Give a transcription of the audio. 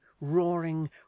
roaring